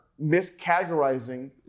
miscategorizing